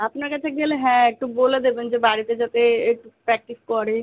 আপনার কাছে গেলে হ্যাঁ একটু বলে দেবেন যে বাড়িতে যাতে একটু প্র্যাক্টিস করে